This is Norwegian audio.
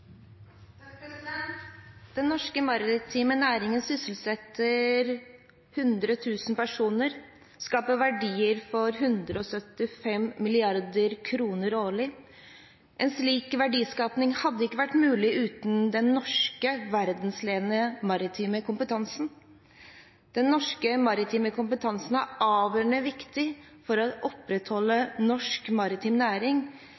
Den norske maritime næringen sysselsetter 100 000 personer og skaper verdier for 175 mrd. kr årlig. En slik verdiskaping hadde ikke vært mulig uten den norske, verdensledende maritime kompetansen. Den norske maritime kompetansen er avgjørende viktig for å